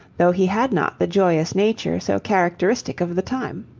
though he had not the joyous nature so characteristic of the time.